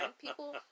People